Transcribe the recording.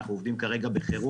אנחנו עובדים כרגע בחירום,